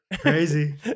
Crazy